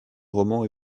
roman